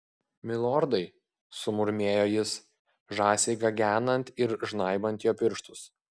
milordai sumurmėjo jis žąsiai gagenant ir žnaibant jo pirštus